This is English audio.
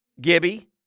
Gibby